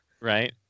Right